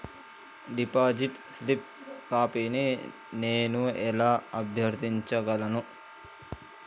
Deposit slip కాపీని నేను ఎలా అభ్యర్థించగలను?